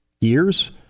years